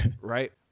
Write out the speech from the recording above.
right